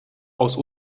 aus